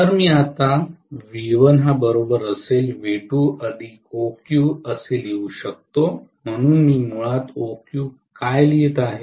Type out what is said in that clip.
तर मी आता V1 V2OQ लिहू शकतो म्हणून मी मुळात OQ काय लिहित आहे